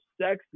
sexy